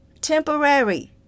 Temporary